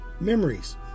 memories